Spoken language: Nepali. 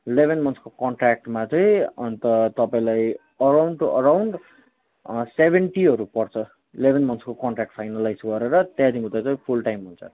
इलेभेन मन्थको कन्ट्राक्टमा चाहिँ अन्त तपाईँलाई अराउन्ड टू अराउन्ड सेभेन्टीहरू पर्छ इलेभेन मन्थको कन्ट्राक्ट फाइनलाइज गरेर त्यहाँदेखि उता चाहिँ फुल टाइम हुन्छ